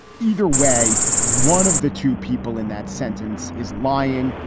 either way, one of the two people in that sentence is lying,